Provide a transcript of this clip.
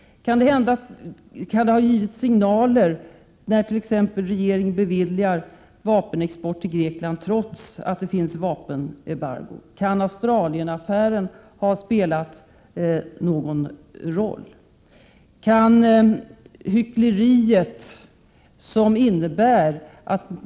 Kan det ha givits signaler när regeringen t.ex. beviljade vapenexport till Grekland trots att det fanns ett vapenembargo? Kan Australienaffären ha spelat någon roll? Kan hyckleriet vara en orsak?